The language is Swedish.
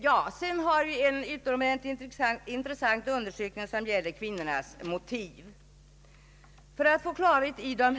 Vi har vidare en utomordentligt intressant undersökning som gäller kvinnornas motiv att begära abort.